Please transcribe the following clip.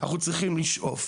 אנחנו צריכים לשאוף,